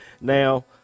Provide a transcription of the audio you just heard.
Now